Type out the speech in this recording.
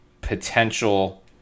potential